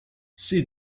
she